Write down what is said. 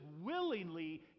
willingly